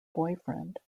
boyfriend